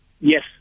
yes